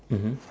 mmhmm